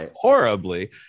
horribly